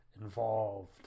involved